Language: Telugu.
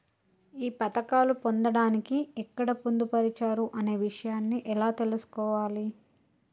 ఈ పథకాలు పొందడానికి ఎక్కడ పొందుపరిచారు అనే విషయాన్ని ఎలా తెలుసుకోవాలి?